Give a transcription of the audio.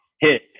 hit